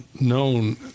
known